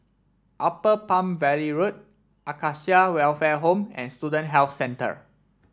Upper Palm Valley Road Acacia Welfare Home and Student Health Centre